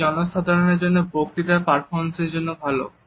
এটি জনসাধারণের জন্য বক্তৃতা পারফরম্যান্স এর জন্য ভালো